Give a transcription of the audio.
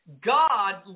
God